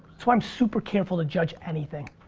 that's why i'm super careful to judge anything